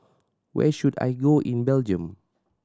where should I go in Belgium